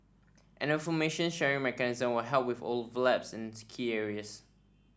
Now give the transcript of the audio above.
an information sharing mechanism will help with overlaps in key areas